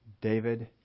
David